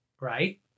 Right